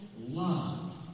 love